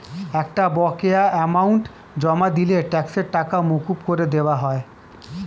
একটা বকেয়া অ্যামাউন্ট জমা দিলে ট্যাক্সের টাকা মকুব করে দেওয়া হয়